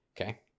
Okay